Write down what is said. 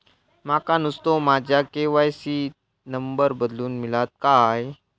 माका नुस्तो माझ्या के.वाय.सी त नंबर बदलून मिलात काय?